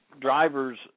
drivers